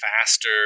faster